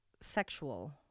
sexual